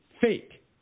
fake